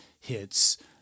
hits